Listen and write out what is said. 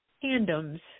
tandems